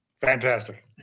fantastic